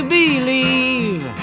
believe